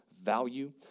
value